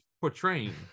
portraying